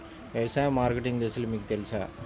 వ్యవసాయ మార్కెటింగ్ దశలు మీకు తెలుసా?